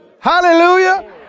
Hallelujah